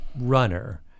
runner